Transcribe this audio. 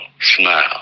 smile